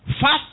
first